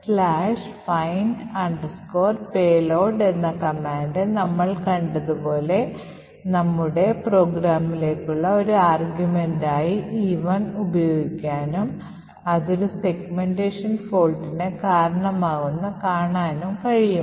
find payload എന്നാ command നമ്മൾ കണ്ടതുപോലെ നമ്മുടെ പ്രോഗ്രാമിലേക്കുള്ള ഒരു ആർഗ്യുമെന്റായി E1 ഉപയോഗിക്കാനും അത് ഒരു സെഗ്മെന്റേഷൻ തകരാറിന് കാരണമാകുമെന്ന് കാണാനും കഴിയും